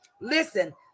Listen